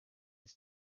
his